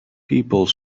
people